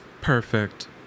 Perfect